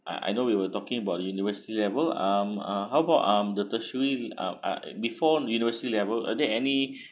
I I know we were talking about university level um uh how about um the tertiary uh uh before university level are there any